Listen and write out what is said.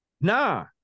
nah